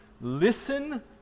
listen